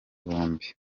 bombi